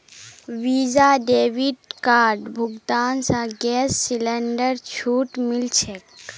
visa debit कार्डेर भुगतान स गैस सिलेंडरत छूट मिल छेक